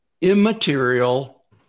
immaterial